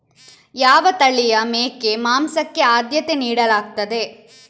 ಯಾವ ತಳಿಯ ಮೇಕೆ ಮಾಂಸಕ್ಕೆ ಆದ್ಯತೆ ನೀಡಲಾಗ್ತದೆ?